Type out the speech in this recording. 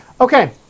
Okay